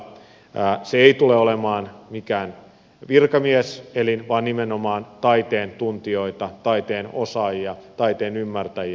se ei tule olemaan mikään virkamieselin vaan nimenomaan taiteen tuntijoita taiteen osaajia taiteen ymmärtäjiä